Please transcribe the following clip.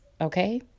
Okay